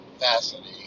fascinating